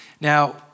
Now